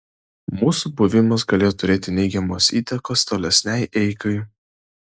mūsų buvimas galėjo turėti neigiamos įtakos tolesnei eigai